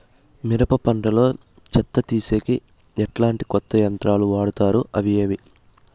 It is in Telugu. మిరప పంట లో చెత్త తీసేకి ఎట్లాంటి కొత్త యంత్రాలు వాడుతారు అవి ఏవి?